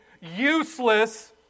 useless